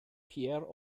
pierre